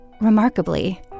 Remarkably